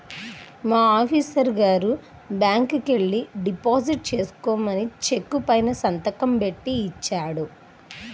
మా ఆఫీసరు గారు బ్యాంకుకెల్లి డిపాజిట్ చేసుకోమని చెక్కు పైన సంతకం బెట్టి ఇచ్చాడు